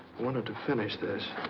wanted to finish this.